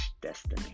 destiny